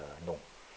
uh no